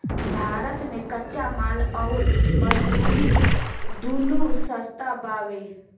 भारत मे कच्चा माल अउर मजदूरी दूनो सस्ता बावे